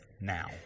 now